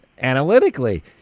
analytically